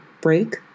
break